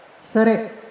Sare